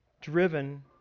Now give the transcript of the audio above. driven